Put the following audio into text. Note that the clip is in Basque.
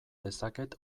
dezaket